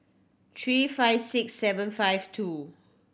three five six seven five two